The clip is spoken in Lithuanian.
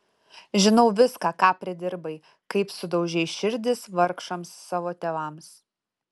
žinau viską ką pridirbai kaip sudaužei širdis vargšams savo tėvams